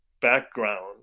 background